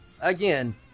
Again